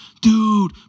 Dude